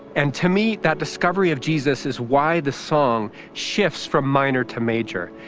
and to me, that discovery of jesus is why the song shifts from minor to major.